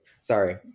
sorry